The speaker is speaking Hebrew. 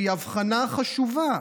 והיא הבחנה חשובה,